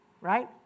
Right